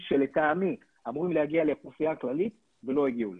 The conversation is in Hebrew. שלטעמי אמורים להגיע לאוכלוסייה הכללית ולא הגיעו לשם,